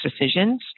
decisions